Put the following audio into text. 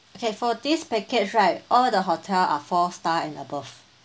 okay for this package right all the hotel are four star and above